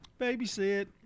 babysit